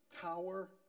Power